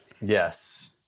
Yes